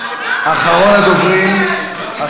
בבקשה, אדוני, אחרון הדוברים.